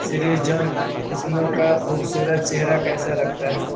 سری Jon Snow کا خوبصورت چہرہ کیسا لگتا ہے